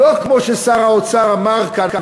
לא כמו ששר האוצר אמר כאן,